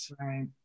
Right